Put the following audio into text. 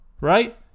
Right